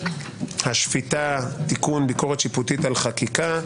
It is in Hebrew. חוק-יסוד: השפיטה (תיקון ביקורת שיפוטית על חקיקה),